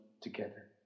together